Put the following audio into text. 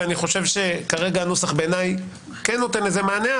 ואני חושב שכרגע הנוסח בעיניי כן נותן לזה מענה,